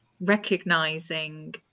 recognizing